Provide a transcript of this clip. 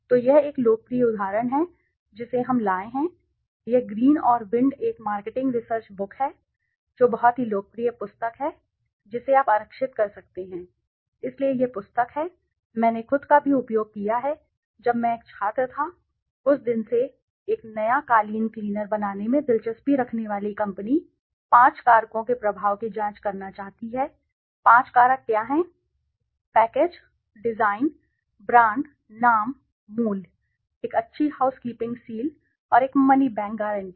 तो यह एक लोकप्रिय उदाहरण है जिसे हम लाए हैं यह ग्रीन और विंड एक मार्केटिंग रिसर्च बुक है जो बहुत ही लोकप्रिय पुस्तक है जिसे आप आरक्षित कर सकते हैं इसलिए यह पुस्तक है मैंने खुद का भी उपयोग किया है जब मैं एक छात्र था उस दिन से एक नया कालीन क्लीनर बनाने में दिलचस्पी रखने वाली कंपनी पांच कारकों के प्रभाव की जांच करना चाहती है पांच कारक क्या हैं पैकेज डिज़ाइन ब्रांड नाम मूल्य एक अच्छी हाउसकीपिंग सील और एक मनी बैक गारंटी